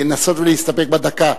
לנסות להסתפק בדקה.